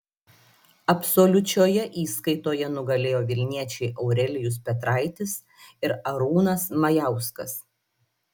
absoliučioje įskaitoje nugalėjo vilniečiai aurelijus petraitis ir arūnas majauskas